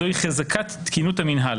זוהי "חזקת תקינות המנהל",